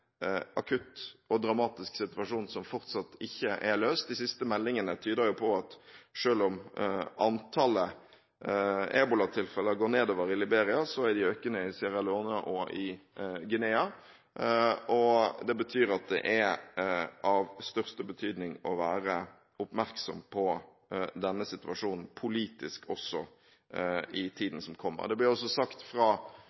akutt og dramatisk situasjon som fremdeles ikke er løst. De siste meldingene tyder på at selv om antallet ebolatilfeller går nedover i Liberia, er det økende i Sierra Leone og i Guinea. Det betyr at det er av største betydning å være oppmerksom på denne situasjonen – også politisk – i